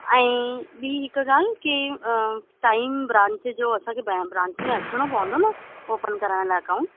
ऐं ॿी हिकु ॻाल्हि की टाईम ब्रांच जो असांजो बैंक ब्रांच में अचिणो पवंदो न ओपन कराइण लाइ अकाउंट